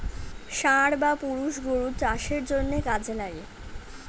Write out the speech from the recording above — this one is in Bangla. ষাঁড় বা পুরুষ গরু চাষের জন্যে কাজে লাগে